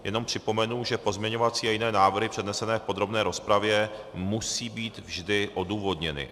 Jenom připomenu, že pozměňovací a jiné návrhy přednesené v podrobné rozpravě musí být vždy odůvodněny.